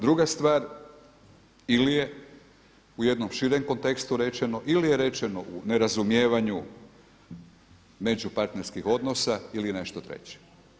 Druga stvar ili je u jednom širem kontekstu rečeno ili je rečeno u nerazumijevanju međupartnerskih odnosa, ili nešto treće.